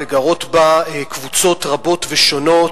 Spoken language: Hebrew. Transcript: וגרות בה קבוצות רבות ושונות,